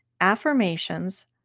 Affirmations